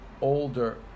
older